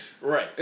Right